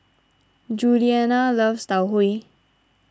Juliana loves Tau Huay